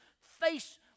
face